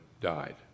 died